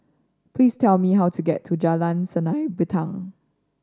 please tell me how to get to Jalan Sinar Bintang